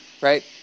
Right